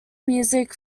music